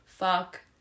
Fuck